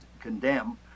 condemn